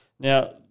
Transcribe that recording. Now